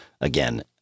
again